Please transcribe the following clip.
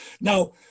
Now